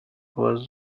was